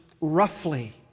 roughly